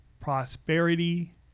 prosperity